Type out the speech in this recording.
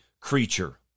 creature